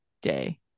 day